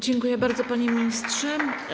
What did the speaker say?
Dziękuję bardzo, panie ministrze.